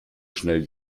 schnell